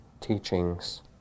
teachings